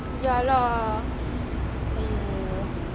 ya lah I know